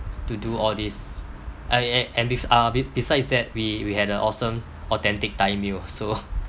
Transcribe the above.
to do all these I and and bef~ uh be~ besides that we we had a awesome authentic thai meal so